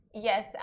Yes